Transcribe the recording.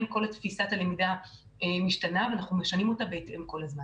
כל תפיסת הלמידה משתנה ואנחנו משנים אותה בהתאם כל הזמן.